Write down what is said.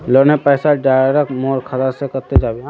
लोनेर पैसा डायरक मोर खाता से कते जाबे?